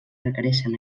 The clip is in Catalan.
requereixen